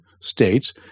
States